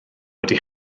wedi